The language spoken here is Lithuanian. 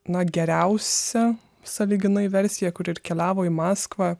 na geriausią sąlyginai versiją kuri ir keliavo į maskvą